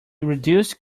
reduced